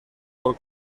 por